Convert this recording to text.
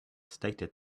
stated